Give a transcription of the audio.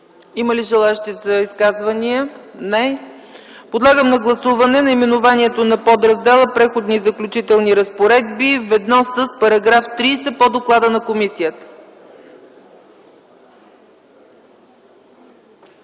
Има ли желаещи за изказвания? Не. Подлагам на гласуване наименованието на подраздела „Преходни и заключителни разпоредби” ведно с § 30 по доклада на комисията.